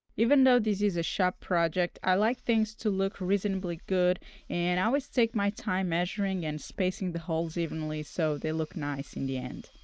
even though this is a shop project, i like things to look reasonably good and always take my time measuring and spacing the holes evenly so they look nice in the end.